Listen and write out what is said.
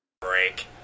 Break